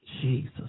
Jesus